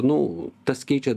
nu tas keičia